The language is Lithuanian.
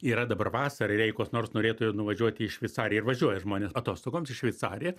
yra dabar vasara ir jeigu kas nors norėtų nuvažiuoti į šveicariją ir važiuoja žmonės atostogoms į šveicariją